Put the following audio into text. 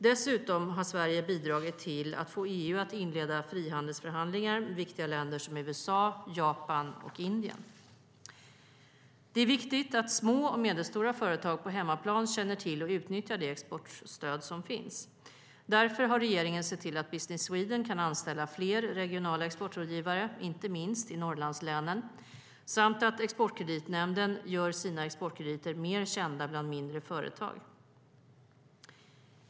Dessutom har Sverige bidragit till att få EU att inleda frihandelsförhandlingar med viktiga länder som USA, Japan och Indien. Det är viktigt att små och medelstora företag på hemmaplan känner till och utnyttjar det exportstöd som finns. Därför har regeringen sett till att Business Sweden kan anställa fler regionala exportrådgivare, inte minst i Norrlandslänen, samt att Exportkreditnämnden gör sina exportkrediter mer kända bland mindre företag.